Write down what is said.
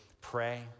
pray